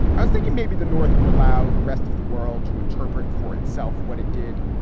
i was thinking maybe the north would allow the rest of the world to interpret for itself what it did.